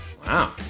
Wow